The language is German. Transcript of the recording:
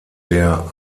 der